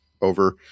over